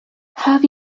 have